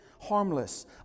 harmless